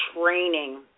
training